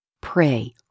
Pray